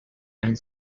and